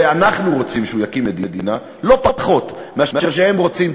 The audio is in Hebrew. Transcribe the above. ואנחנו רוצים שהוא יקים מדינה לא פחות מאשר הם רוצים,